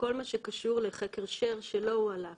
בכל מה שקשור לחקר share שלא הועלה כאן.